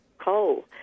coal